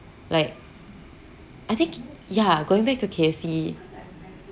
like I think ya going back to K_F_C